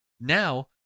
now